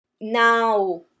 Now